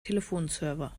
telefonserver